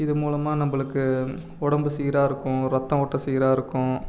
இது மூலமாக நம்பளுக்கு உடம்பு சீராக இருக்கும் ரத்தம் ஓட்டம் சீராக இருக்கும்